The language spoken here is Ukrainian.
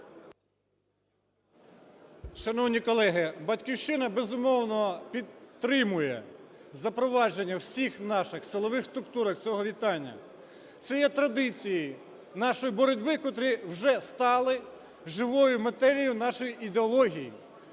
Шановні колеги, "Батьківщина", безумовно, підтримує запровадження у всіх наших силових структурах цього вітання. Це є традицією нашої боротьби, котрі вже стали живою матерією нашої ідеології,